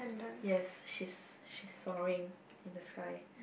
yes she's she's soaring in the sky